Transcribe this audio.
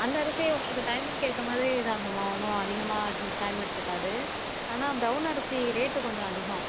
அந்த அரிசியே உங்களுக்கு டைமிங்க்கு ஏற்ற மாதிரி இதாகும்மா ஒன்றும் அதிகமாக டைம் எடுத்துக்காது ஆனால் ப்ரௌன் அரிசி ரேட்டு கொஞ்சம் அதிகம்